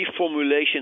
reformulation